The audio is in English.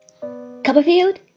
Copperfield